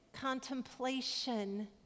Contemplation